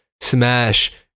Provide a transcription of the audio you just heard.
smash